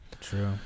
true